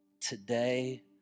today